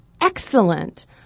excellent